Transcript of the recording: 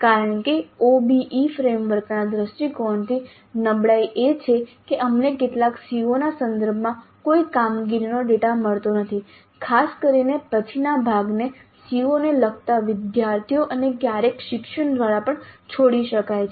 કારણ કે OBE ફ્રેમવર્કના દ્રષ્ટિકોણથી નબળાઈ એ છે કે અમને કેટલાક CO ના સંદર્ભમાં કોઈ કામગીરીનો ડેટા મળતો નથી ખાસ કરીને પછીના ભાગને CO લગતા વિદ્યાર્થીઓ અને ક્યારેક શિક્ષક દ્વારા પણ છોડી શકાય છે